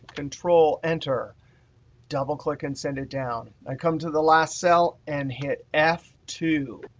control-enter, double click, and send it down. i come to the last cell and hit f two.